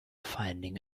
finding